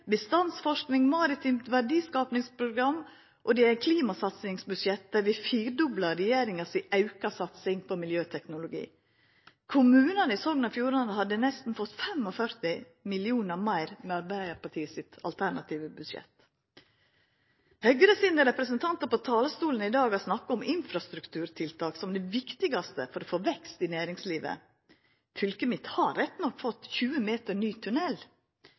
bestandsforsking, maritimt verdiskapingsprogram – og det er eit klimasatsingsbudsjett der vi firedoblar regjeringa si auka satsing på miljøteknologi. Kommunane i Sogn og Fjordane hadde fått nesten 45 mill. kr meir med Arbeidarpartiet sitt alternative budsjett. Høgre sine representantar på talarstolen i dag har snakka om infrastrukturtiltak som det viktigaste for å få vekst i næringslivet. Fylket mitt har, rett nok, fått 20 meter ny